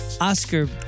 Oscar